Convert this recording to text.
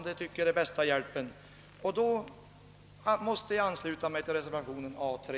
Därför ansluter jag mig till reservationen A.3.